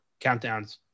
Countdowns